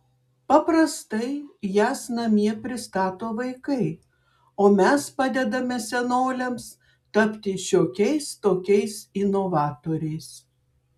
paprastai jas namie pristato vaikai o mes padedame senoliams tapti šiokiais tokiais inovatoriais